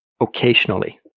occasionally